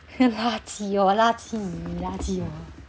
垃圾 orh 垃圾你垃圾 orh